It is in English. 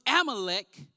Amalek